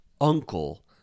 uncle